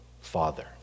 Father